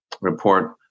report